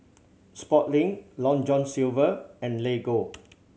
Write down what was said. Sportslink Long John Silver and Lego